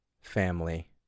family